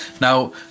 Now